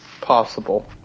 possible